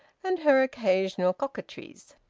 and her occasional coquetries.